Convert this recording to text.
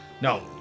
No